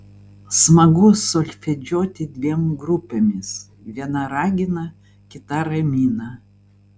smagu solfedžiuoti dviem grupėmis viena ragina kita ramina